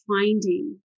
finding